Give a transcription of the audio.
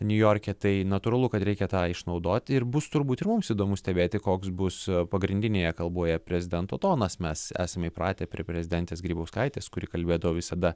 niujorke tai natūralu kad reikia tą išnaudot ir bus turbūt ir mums įdomu stebėti koks bus pagrindinėje kalboje prezidento tonas mes esame įpratę prie prezidentės grybauskaitės kuri kalbėdavo visada